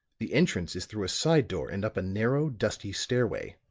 the entrance is through a side door and up a narrow, dusty stairway.